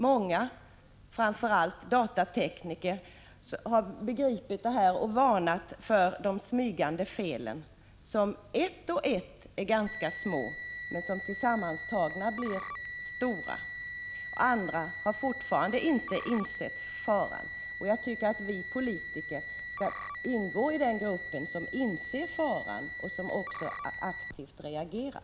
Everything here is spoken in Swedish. Många, framför allt datatekniker, har begripit detta och varnar för de smygande felen, som ett och ett är ganska små men som tillsammans blir stora. Andra har fortfarande inte insett faran. Jag tycker att vi politiker skall ingå i den grupp som inser faran och som också aktivt reagerar.